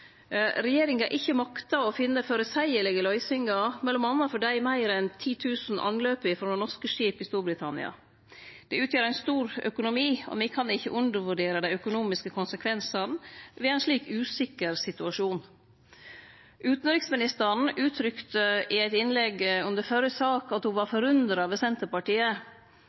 Regjeringa har ikkje makta å finne føreseielege løysingar, m.a. for dei meir enn 10 000 anløpa til norske skip i Storbritannia. Det utgjer ein stor økonomi, og me kan ikkje undervurdere dei økonomiske konsekvensane ved ein slik usikker situasjon. Utanriksministeren uttrykte i eit innlegg under førre sak at ho var forundra over Senterpartiet,